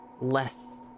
less